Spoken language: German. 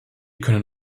können